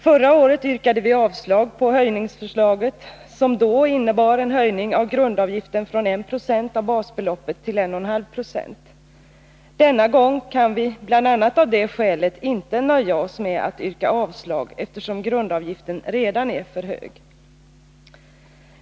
Förra året yrkade vi avslag på förslaget om höjning, som då innebar en höjning av grundavgiften från 1 96 av basbeloppet till 1,5 90. Denna gång kan vi bl.a. av det skälet inte nöja oss med att yrka avslag, eftersom grundavgiften redan är för hög.